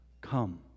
come